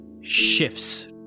shifts